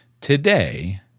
today